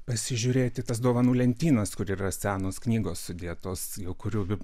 pasižiūrėti tas dovanų lentynas kur yra senos knygos sudėtos jau kurių